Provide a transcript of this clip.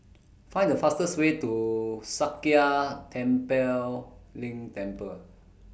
Find The fastest Way to Sakya Tenphel Ling Temple